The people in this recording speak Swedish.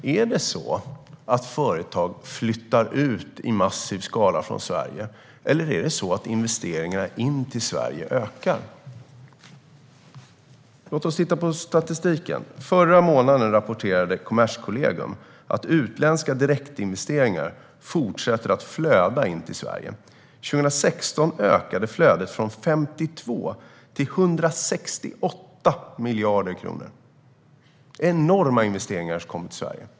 Är det då så att företag flyttar ut i massiv skala från Sverige, eller är det så att investeringarna in till Sverige ökar? Låt oss titta på statistiken. Förra månaden rapporterade Kommerskollegium att utländska direktinvesteringar fortsätter att flöda in till Sverige. År 2016 ökade flödet från 52 miljarder till 168 miljarder kronor. Det är enorma investeringar som kommer till Sverige.